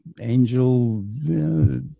angel